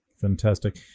Fantastic